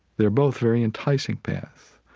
they're both very enticing paths.